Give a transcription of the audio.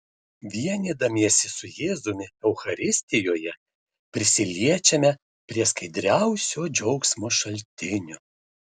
vienydamiesi su jėzumi eucharistijoje prisiliečiame prie skaidriausio džiaugsmo šaltinio